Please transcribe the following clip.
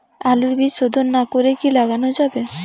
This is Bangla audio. আলুর বীজ শোধন না করে কি লাগানো যাবে?